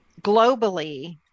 globally